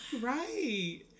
Right